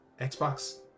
Xbox